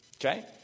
Okay